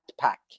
pack